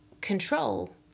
control